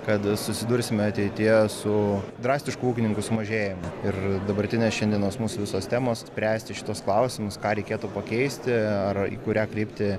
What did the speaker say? kad susidursime ateityje su drastišku ūkininkų sumažėjimu ir dabartine šiandienos mūsų visos temos spręsti šituos klausimus ką reikėtų pakeisti ar į kurią kryptį